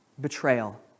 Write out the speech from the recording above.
betrayal